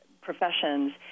professions